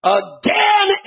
again